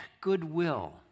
goodwill